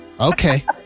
Okay